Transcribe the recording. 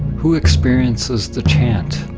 who experiences the chant,